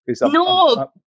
No